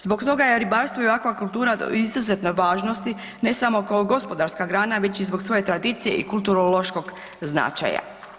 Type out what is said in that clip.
Zbog toga je ribarstvo i akvakultura od izuzetne važnosti ne samo kao gospodarska grana već i zbog svoje tradicije i kulturološkog značaja.